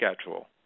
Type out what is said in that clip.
schedule